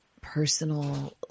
personal